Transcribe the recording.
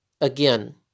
again